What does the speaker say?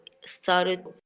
started